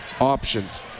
options